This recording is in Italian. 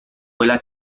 quella